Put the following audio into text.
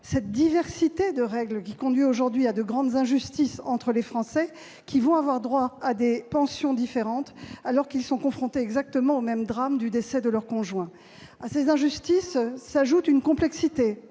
cette diversité de règles qui conduit aujourd'hui à de grandes injustices entre les Français, lesquels auront droit à des pensions différentes alors qu'ils sont confrontés au même drame, le décès de leur conjoint. À ces injustices s'ajoute une complexité